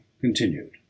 continued